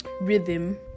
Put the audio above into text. rhythm